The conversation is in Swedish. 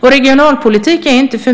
För mig är regionalpolitik inte